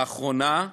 לאחרונה,